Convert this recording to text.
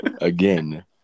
Again